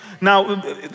Now